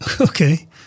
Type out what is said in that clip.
okay